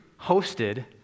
hosted